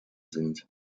sind